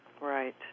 Right